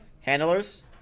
Handlers